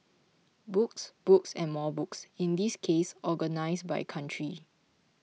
books books and more books in this case organised by country